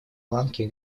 ланки